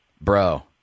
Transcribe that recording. Bro